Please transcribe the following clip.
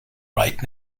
right